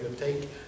take